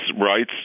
rights